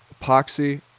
Epoxy